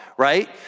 Right